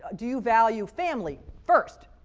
do you value family first?